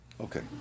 Okay